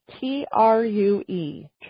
T-R-U-E